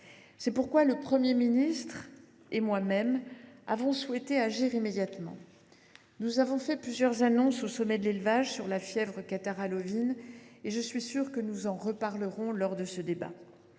C’est pourquoi le Premier ministre et moi même avons souhaité agir immédiatement. Nous avons fait plusieurs annonces, au sommet de l’élevage, sur la fièvre catarrhale ovine et je suis sûre que nous en reparlerons au cours de ce débat.